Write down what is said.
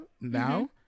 now